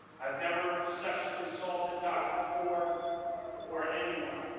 i have never sexually assaulted dr. ford or anyone.